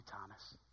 Thomas